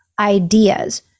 ideas